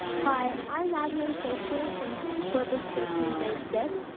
hi. i'm madeleine christian from corpus christi in grade six,